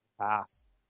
Pass